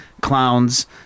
clowns